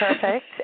perfect